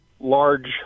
large